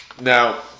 Now